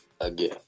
Again